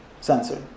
censored